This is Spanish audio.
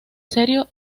serio